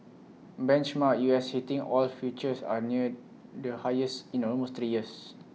benchmark U S heating oil futures are near the highest in almost three years